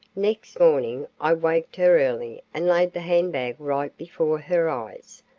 next morning i waked her early and laid the handbag right before her eyes,